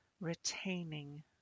Retaining